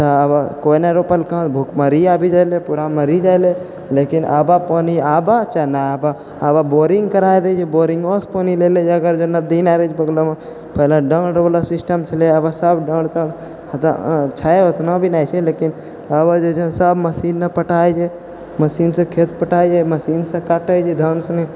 तऽ आब कोइ नहि रोपलकै भुखमरी आबि जाइ ले पूरा मरि जाइ ले लेकिन आब पानि आबऽ चाहे नहि आबऽ आब बोरिंग करा दै छै बोरिङ्गोसँ पानि ले ले जौं अगर नदी नहि छै बगलोमे पहिले डारोवला सिस्टम छलैहँ आब सब डार सब खतम छै अखनो भी नहि छै लेकिन आब जे छै से सब मशीन नहि पटाइ छै मशीनसँ खेत पटाइ छै मशीनसँ काटै जे धान सनि